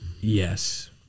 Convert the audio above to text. yes